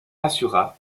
assura